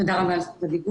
תודה רבה על זכות הדיבור.